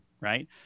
Right